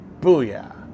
Booyah